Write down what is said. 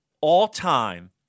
all-time